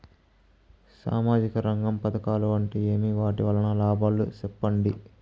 సామాజిక రంగం పథకాలు అంటే ఏమి? వాటి వలన లాభాలు సెప్పండి?